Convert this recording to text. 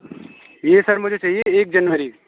یہ سر مجھے چاہیے ایک جنوری